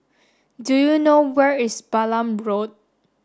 do you know where is Balam Road